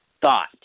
thought